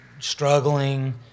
Struggling